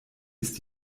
ist